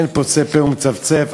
אין פוצה פה ומצפצף,